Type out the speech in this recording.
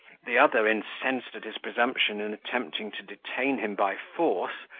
the other, incensed at his presumption in attempting to detain him by force,